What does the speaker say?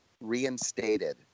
reinstated